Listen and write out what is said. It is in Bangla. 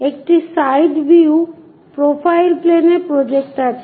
একটি সাইড ভিউ প্রোফাইল প্লেন এ প্রজেক্ট আছে